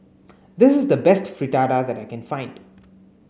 this is the best Fritada that I can find